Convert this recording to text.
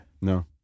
no